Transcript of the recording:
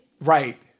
Right